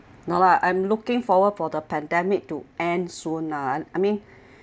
no lah I'm looking forward for the pandemic to end sooner I mean